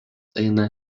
eina